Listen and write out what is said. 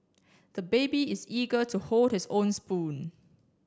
the baby is eager to hold his own spoon